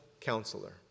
Counselor